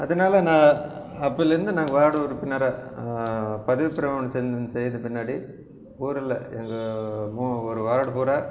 அதனால நான் அப்போதிலேருந்து நான் வார்டு உறுப்பினராக பதவி பிரமாணம் செய்து பின்னாடி ஊரில் எங்கள் ஒரு வார்டு பூரா